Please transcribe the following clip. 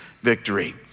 victory